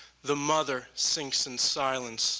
the mother sinks in silence